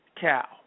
cow